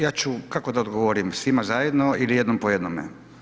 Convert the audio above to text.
Ja ću, kako da odgovorim svima zajedno ili jednom po jednome?